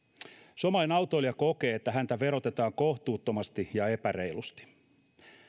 suomalainen autoilija kokee että häntä verotetaan kohtuuttomasti ja epäreilusti